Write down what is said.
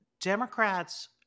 Democrats